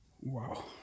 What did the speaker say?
Wow